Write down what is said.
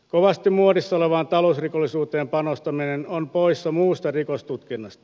kovasti muodissa olevaan talousrikollisuuteen panostaminen on poissa muusta rikostutkinnasta